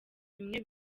bimwe